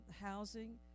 housing